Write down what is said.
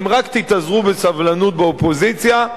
אם רק תתאזרו בסבלנות באופוזיציה,